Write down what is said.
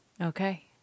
Okay